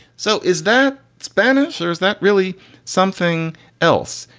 so is that spanish or is that really something else?